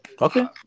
Okay